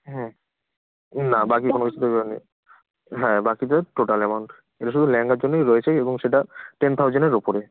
হ্যা না বাকি কোনো কিছুতে ডিসকাউন্ট নেই হ্যাঁ বাকিতে টোটাল অ্যামাউন্ট এটা শুধু ল্যাহেঙ্গার জন্যই রয়েছে এবং সেটা টেন থৌসান্ডের ওপরে